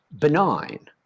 benign